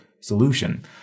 solution